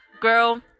Girl